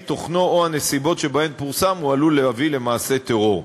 תוכנו או הנסיבות שבהן פורסם הוא עלול להביא למעשה טרור.